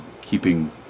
keeping